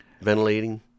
ventilating